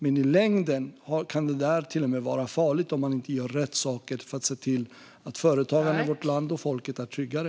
Men i längden kan det till och med vara farligt om man inte gör rätt saker för att se till att företagarna i vårt land och folket är tryggare.